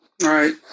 Right